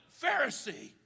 Pharisee